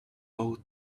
out